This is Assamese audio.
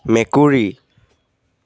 মেকুৰী